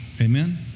Amen